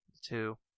two